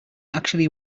actually